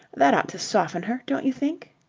that ought to soften her, don't you think?